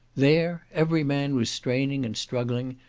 there every man was straining, and struggling,